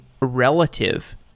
relative